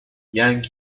yang